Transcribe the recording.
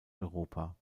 europa